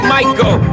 Michael